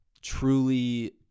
truly